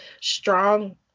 strong